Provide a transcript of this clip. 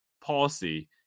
policy